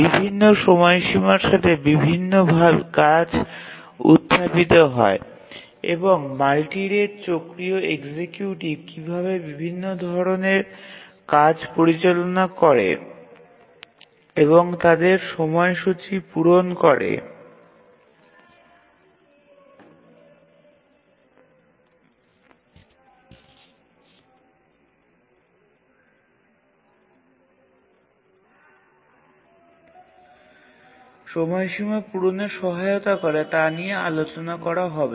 বিভিন্ন সময়সীমার সাথে বিভিন্ন কাজ উত্থাপিত হয় এবং মাল্টি রেট চক্রীয় এক্সিকিউটিভ কিভাবে বিভিন্ন ধরণের কাজ পরিচালনা করে এবং তাদের সময়সীমা পূরণে সহায়তা করে তা নিয়ে আলোচনা করা হবে